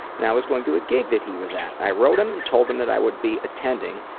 and i was going to gig that he was at. i wrote him and told him that i would be attending.